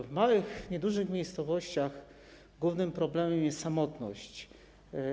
W małych, niedużych miejscowościach głównym problemem jest samotność.